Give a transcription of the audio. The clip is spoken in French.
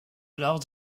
alors